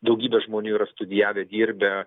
daugybė žmonių yra studijavę dirbę